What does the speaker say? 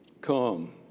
come